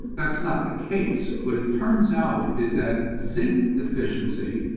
that's not the case. but it turns out is that zinc deficiency,